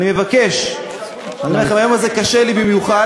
אני מבקש, אני אומר לכם, היום הזה קשה לי במיוחד.